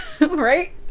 Right